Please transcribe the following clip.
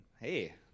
hey